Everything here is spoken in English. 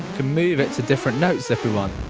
can move it to different notes if we want